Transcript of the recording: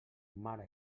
mare